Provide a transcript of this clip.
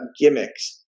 gimmicks